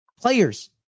players